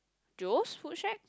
Joe's food shack